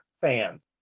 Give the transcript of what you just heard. fans